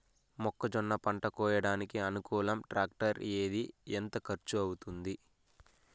మొక్కజొన్న పంట కోయడానికి అనుకూలం టాక్టర్ ఏది? ఎంత ఖర్చు అవుతుంది?